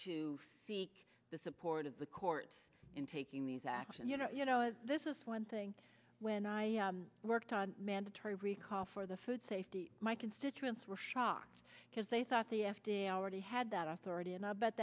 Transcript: to seek the support of the court in taking these action you know you know this is one thing when i worked on mandatory recall for the food safety my constituents were shocked because they thought the f d a already had that authority and i bet